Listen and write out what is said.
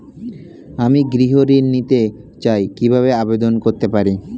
আমি গৃহ ঋণ নিতে চাই কিভাবে আবেদন করতে পারি?